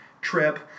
Trip